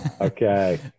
Okay